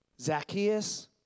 Zacchaeus